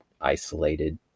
isolated